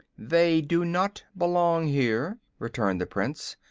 they do not belong here, returned the prince.